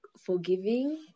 forgiving